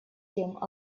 тем